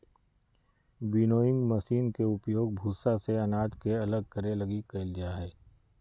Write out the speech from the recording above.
winnowing machine के उपयोग भूसा से अनाज के अलग करे लगी कईल जा हइ